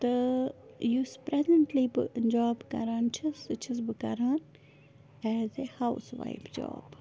تہٕ یُس پرٛٮ۪زٮ۪نٛٹلی بہٕ جاب کَران چھَس سُہ چھَس بہٕ کَران as a housewife job